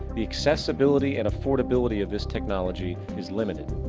the accessibility and affordability of this technology is limited.